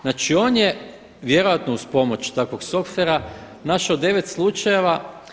Znači on je, vjerojatno uz pomoć takvog softvera našao 9 slučajeva.